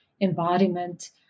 embodiment